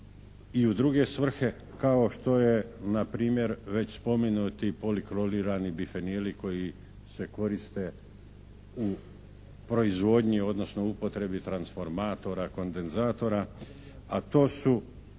i u druge svrhe kao što je npr. već spomenuti poliklorirani bifenili koji se koriste u proizvodnji, odnosno upotrebi transformatora, kondenzatora, a to su